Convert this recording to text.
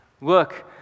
Look